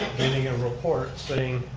getting a report saying,